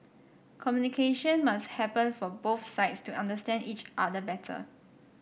communication must happen for both sides to understand each other better